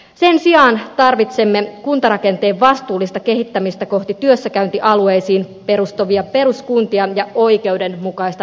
sen sijaan tarvitsemme kuntarakenteen vastuullista kehittämistä kohti työssäkäyntialueisiin perustuvia peruskuntia ja oikeudenmukaista verotusjärjestelmää